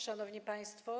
Szanowni Państwo!